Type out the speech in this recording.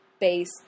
base